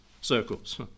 circles